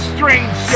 Strange